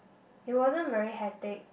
it wasn't very hectic